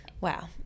Wow